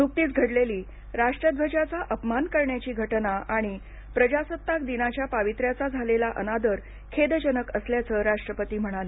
न्कतीच घडेली राष्ट्रध्वजाचा अपमान करण्याची घटना आणि प्रजासत्ताक दिनाच्या पावित्र्याचा झालेला अनादर खेदजनक असल्याचं राष्ट्रपती म्हणाले